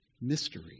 mystery